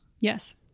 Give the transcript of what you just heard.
Yes